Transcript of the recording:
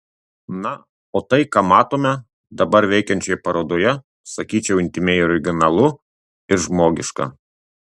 na o tai ką matome dabar veikiančioje parodoje sakyčiau intymiai originalu ir žmogiška